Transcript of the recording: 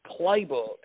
playbook